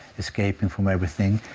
escaping from everything,